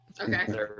okay